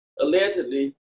allegedly